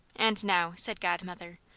and now, said godmother,